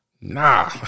nah